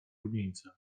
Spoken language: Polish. rumieńcem